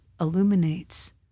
illuminates